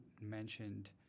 mentioned